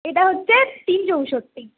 এটা হচ্ছে তিন চৌষোট্টি